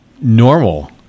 normal